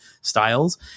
styles